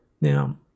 Now